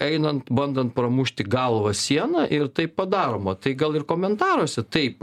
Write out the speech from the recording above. einant bandant pramušti galva sieną ir tai padaroma tai gal ir komentaruose taip